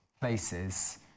places